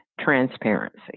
transparency